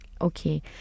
okay